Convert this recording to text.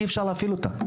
אי-אפשר להפעיל אותן,